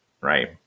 Right